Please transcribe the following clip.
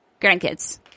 Grandkids